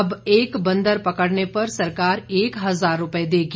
अब एक बंदर पकड़ने पर सरकार एक हज़ार रूपये देगी